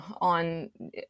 on